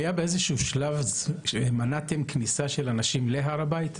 באיזשהו שלב מנעתם כניסה של אנשים להר הבית?